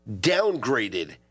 downgraded